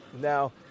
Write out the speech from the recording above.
Now